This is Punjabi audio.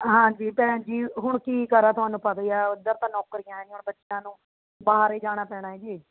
ਹਾਂਜੀ ਭੈਣ ਜੀ ਹੁਣ ਕੀ ਕਰਾਂ ਤੁਹਾਨੂੰ ਪਤਾ ਹੀ ਹੈ ਇੱਧਰ ਤਾਂ ਨੌਕਰੀਆਂ ਹੈ ਨਹੀਂ ਹੁਣ ਬੱਚਿਆਂ ਨੂੰ ਬਾਹਰ ਹੀ ਜਾਣਾ ਪੈਣਾ ਏ ਜੀ